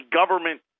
government